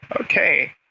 okay